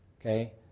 okay